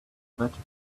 vatican